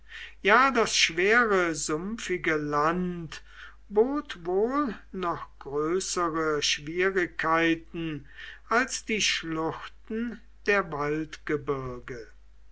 ja das schwere sumpfige land bot wohl noch größere schwierigkeiten als die schluchten der waldgebirge